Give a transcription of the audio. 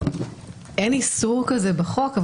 אין איסור כזה בחוק.